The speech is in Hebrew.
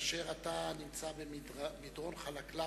שכאשר אתה נמצא במדרון חלקלק